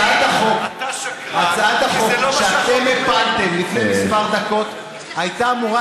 הצעת החוק, אתה שקרן, כי זה לא מה שהחוק אומר.